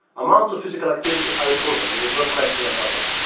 amounts of physical activity are important, there is no question about that,